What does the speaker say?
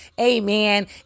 Amen